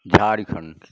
Jharkhand